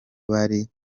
bari